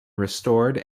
restored